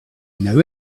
know